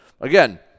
again